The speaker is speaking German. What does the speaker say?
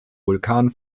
vulkan